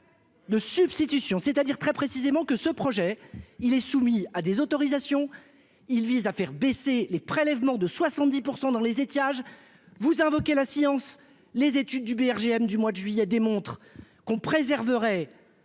De substitution, c'est-à-dire très précisément que ce projet, il est soumis à des autorisations, il vise à faire baisser les prélèvements de 70 % dans les étages, vous invoquez la séance, les études du BRGM du mois de juillet démontre qu'on préserverait,